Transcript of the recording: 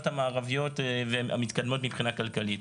המערביות המתקדמות מבחינה כלכלית.